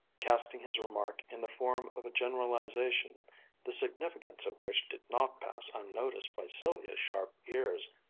casting his remark in the form of a generalization the significance of which did not pass unnoticed by sylvia's sharp ears.